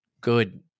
good